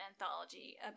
anthology